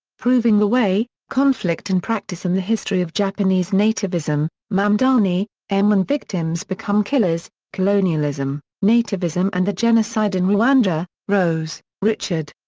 proving the way conflict and practice in the history of japanese nativism mamdani, m. when victims become killers colonialism, nativism and the genocide in rwanda rose, richard.